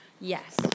Yes